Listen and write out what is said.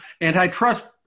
antitrust